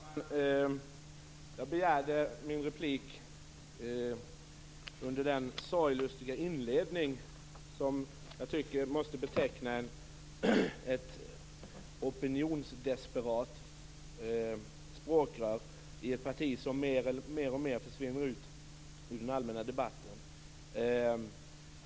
Fru talman! Jag begärde replik under den sorglustiga inledningen, som betecknar ett opinionsdesperat språkrör i ett parti som mer och mer försvinner ut ur den allmänna debatten.